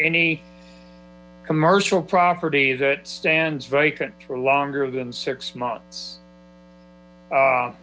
any commercial property that stands vacant for longer than six months